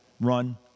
run